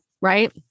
Right